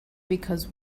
because